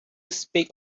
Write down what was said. speaks